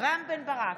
רם בן ברק,